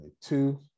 Two